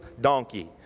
donkey